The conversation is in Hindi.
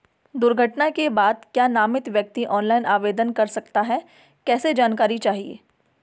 दुर्घटना के बाद क्या नामित व्यक्ति ऑनलाइन आवेदन कर सकता है कैसे जानकारी चाहिए?